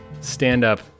Stand-up